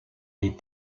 des